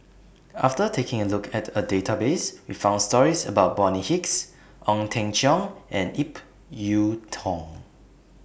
after taking A Look At The Database We found stories about Bonny Hicks Ong Teng Cheong and Ip Yiu Tung